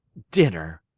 dinner!